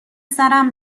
سرم